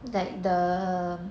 that the